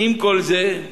עם זאת,